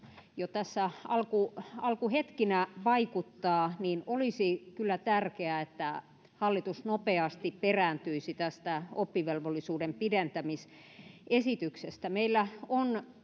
jo tässä alkuhetkinä vaikuttaa olisi kyllä tärkeää että hallitus nopeasti perääntyisi tästä oppivelvollisuuden pidentämisesityksestä meillä on